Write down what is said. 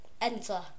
enter